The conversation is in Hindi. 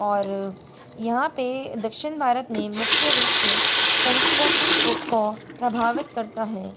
और यहाँ पर दक्षिन भारत में मुख्य रूप से संस्कृति को को प्रभावित करता है